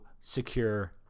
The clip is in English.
secure